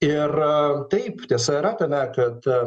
ir taip tiesa yra tame kad